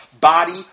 Body